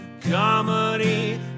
Comedy